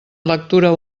lectura